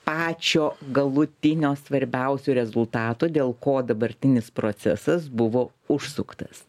pačio galutinio svarbiausio rezultato dėl ko dabartinis procesas buvo užsuktas